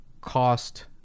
cost